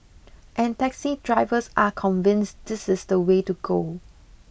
and taxi drivers are convinced this is the way to go